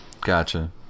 Gotcha